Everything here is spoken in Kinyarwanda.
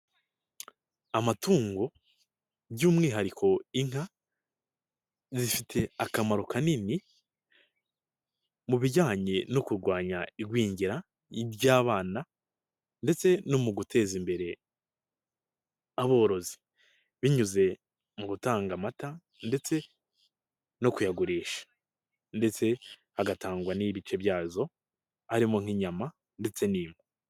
Amatungo by'umwihariko inka, zifite akamaro kanini mu bijyanye no kurwanya igwingira ryiby'abana, ndetse no mu guteza imbere aborozi, binyuze mu gutanga amata, ndetse no kuyagurisha. Ndetse hagatangwa n'ibice byazo harimo nk'inyama ndetse n'inka.